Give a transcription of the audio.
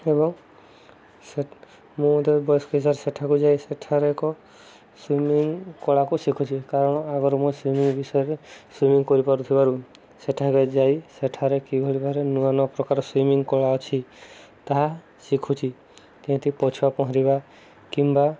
ଏବଂ ସେ ମୁଁ ମଧ୍ୟ ବୟସ୍କ ସେଠାକୁ ଯାଇ ସେଠାରେ ଏକ ସୁଇମିଂ କଳାକୁ ଶିଖୁଛି କାରଣ ଆଗରୁ ମୁଁ ସୁଇମିଂ ବିଷୟରେ ସୁଇମିଂ କରିପାରୁଥିବାରୁ ସେଠାରେ ଯାଇ ସେଠାରେ କିଭଳି ଭାର ନୂଆ ନୂଆ ପ୍ରକାର ସୁଇମିଂ କଳା ଅଛି ତାହା ଶିଖୁଛିି ଯେମିତି ପଛୁଆ ପହଁରିବା କିମ୍ବା